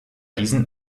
diesen